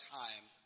time